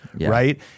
right